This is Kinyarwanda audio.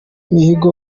mihigo